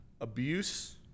abuse